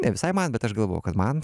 ne visai man bet aš galvoju kad man